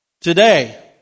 today